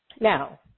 Now